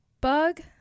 Bug